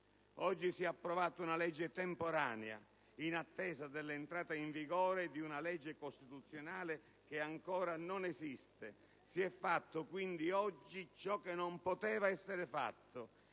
Oggi si è approvata una legge temporanea, in attesa dell'entrata in vigore di una legge costituzionale che ancora non esiste. Oggi, quindi, si è fatto ciò che non poteva essere fatto